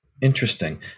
Interesting